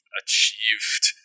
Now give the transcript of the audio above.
achieved